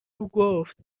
گفت